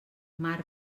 mar